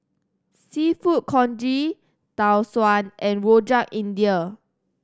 Seafood Congee Tau Suan and Rojak India